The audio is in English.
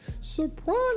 Soprano